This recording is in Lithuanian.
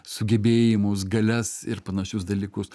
sugebėjimus galias ir panašius dalykus